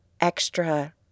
extra